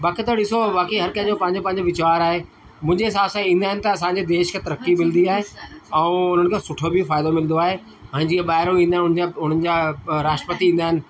बाक़ी त ॾिसो बाक़ी हर कंहिंजो पंहिंजो पंहिंजो वीचार आहे मुंहिंजे हिसाब सां ईंदा आहिनि त असांजे देश खे तरकी मिलंदी आहे ऐं हुननि खे सुठो बि फ़ाइदो मिलंदो आए हाणे जीअं ॿाहिरां ईंदा आहिनि उनजा उन्हनि जा राष्ट्रपति ईंदा आहिनि